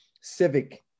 civic